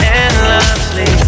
endlessly